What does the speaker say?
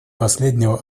последнего